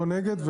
לא נגד,